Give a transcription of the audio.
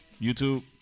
YouTube